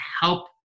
help